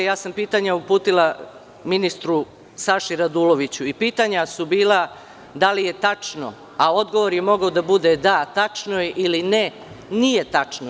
Pitanja sam uputila ministru Saši Raduloviću i pitanja su bila – da li je tačno, a odgovor je mogao da bude – da, tačno je ili ne, nije tačno.